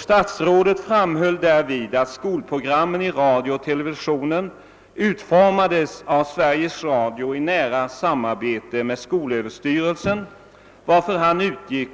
Statsrådet framhöll därvid att skolprogrammen i radio och television utformades av Sveriges Radio i nära samarbete med skolöverstyrelsen, varför han utgick